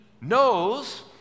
knows